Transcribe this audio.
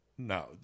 No